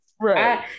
right